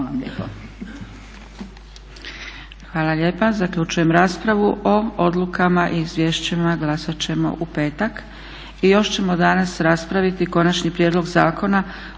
Hvala vam lijepo.